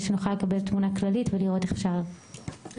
שנוכל לקבל תמונה כללית ולראות איך אפשר לסייע.